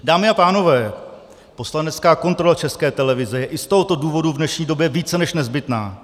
Dámy a pánové, poslanecká kontrola v České televizi i z tohoto důvodu je v dnešní době více než nezbytná.